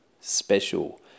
special